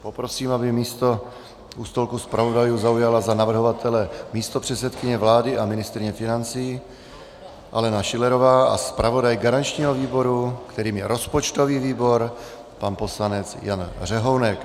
Poprosím, aby místo u stolku zpravodajů zaujala za navrhovatele místopředsedkyně vlády a ministryně financí Alena Schillerová a zpravodaj garančního výboru, kterým je rozpočtový výbor, pan poslanec Jan Řehounek.